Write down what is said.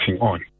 on